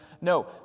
No